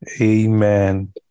Amen